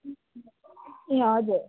ए हजुर